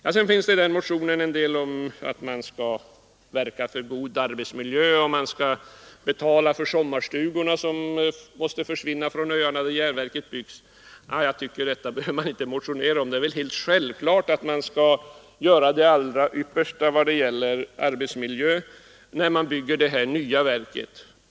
Det finns vidare en del motioner om att man skall verka för god arbetsmiljö och att man skall betala för de sommarstugor som måste försvinna då järnverket byggs. Jag tycker inte att motioner behöver väckas om detta. Det är helt självklart att man skall göra det allra yppersta i vad gäller arbetsmiljö när man bygger det här nya verket.